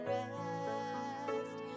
rest